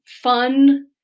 fun